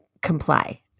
comply